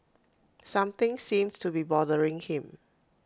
something seems to be bothering him